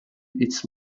its